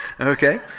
Okay